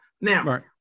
now